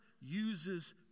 uses